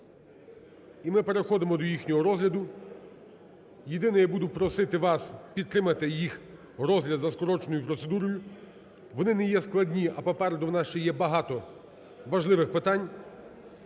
і ми переходимо до їхнього розгляду. Єдине, я буду просити вас підтримати їх розгляд за скороченою процедурою. Вони не є складні, а попереду у нас ще є багато важливих питань.